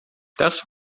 das